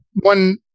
one